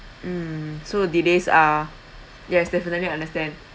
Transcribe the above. mm so delays are yes definitely I understand